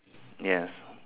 ya